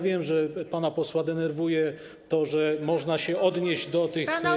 Wiem, że pana posła denerwuje to, że można się odnieść do tych nieprawd.